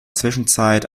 zwischenzeit